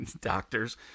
doctors